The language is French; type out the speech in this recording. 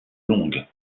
longue